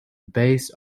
based